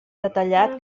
detallat